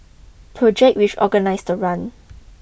project which organised the run